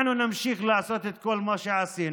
אנחנו נמשיך לעשות את כל מה שעשינו,